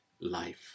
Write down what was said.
life